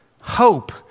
Hope